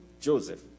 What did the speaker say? Joseph